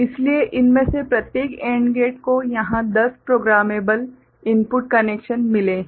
इसलिए इनमें से प्रत्येक AND गेट को यहां दस प्रोग्रामेबल इनपुट कनेक्शन मिले हैं